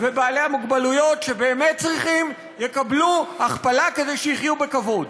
שהנכים ובעלי המוגבלויות שבאמת צריכים יקבלו הכפלה כדי שיחיו בכבוד.